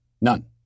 None